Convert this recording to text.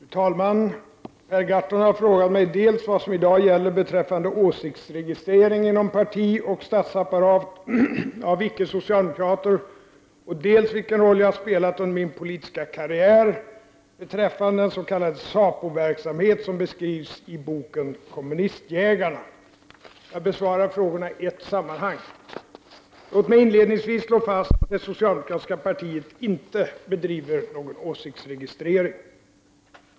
Fru talman! Per Gahrton har frågat mig dels vad som i dag gäller beträffande åsiktsregistrering inom partioch statsapparat av icke-socialdemokrater, dels vilken roll jag spelat under min politiska karriär beträffande den s.k. Sapoverksamhet som beskrivs i boken ”Kommunistjägarna”. Jag besvarar frågorna i ett sammanhang. Låt mig inledningsvis slå fast att det socialdemokratiska partiet inte bedriver någon åsiktsregistrering.